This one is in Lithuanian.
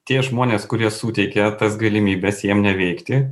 tie žmonės kurie suteikia tas galimybes jiem neveikti